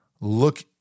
look